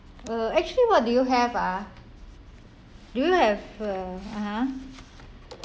uh actually what do you have ah do you have a uh (huh)